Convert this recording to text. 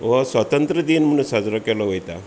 हो स्वातंत्र दिन म्हणून साजरो केलो वयता